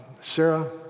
Sarah